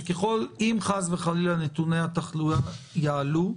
שאם חס וחלילה נתוני התחלואה יעלו,